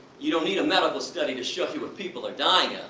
you don't need a medical study to show me what people are dying of,